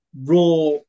raw